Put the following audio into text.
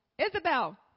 Isabel